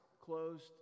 closed